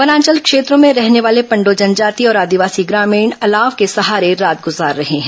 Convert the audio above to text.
वनांचल क्षेत्रों में रहने वाले पण्डो जनजाति और आदिवासी ग्रामीण अलाव के सहारे रात गुजार रहे हैं